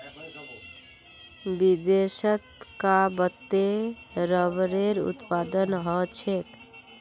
विदेशत कां वत्ते रबरेर उत्पादन ह छेक